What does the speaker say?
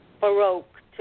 Baroque